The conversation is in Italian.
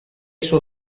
suo